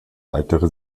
weitere